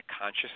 conscious